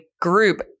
group